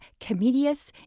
Comedius